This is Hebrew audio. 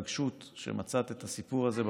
להתרגשות על זה שמצאת את הסיפור הזה בוויקיפדיה,